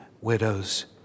widows